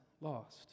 lost